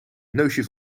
neusje